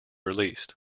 released